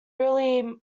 burley